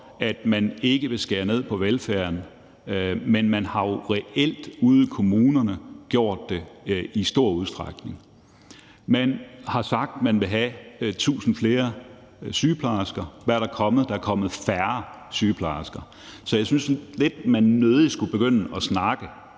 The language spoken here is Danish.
ud for ikke at ville skære ned på velfærden, men man har jo reelt gjort det ude i kommunerne i stor udstrækning. Man har sagt, at man vil have 1.000 flere sygeplejersker. Hvad er der kommet? Der er kommet færre sygeplejersker. Så jeg synes lidt, at man nødig skulle begynde at snakke